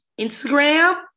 instagram